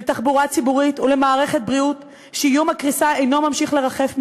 לתחבורה ציבורית ולמערכת בריאות שאיום הקריסה אינו ממשיך לרחף מעליה.